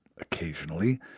Occasionally